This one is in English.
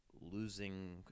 losing